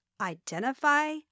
identify